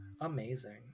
amazing